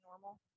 normal